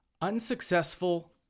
Unsuccessful